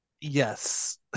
Yes